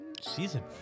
Season